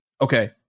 okay